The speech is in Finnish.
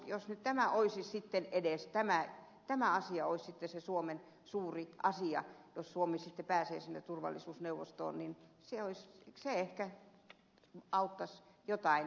jos nyt edes tämä asia olisi sitten se suomen suuri asia jos suomi sitten pääsee sinne turvallisuusneuvostoon niin se ehkä auttaisi jotain